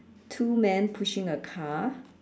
two man pushing a car